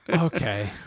Okay